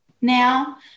now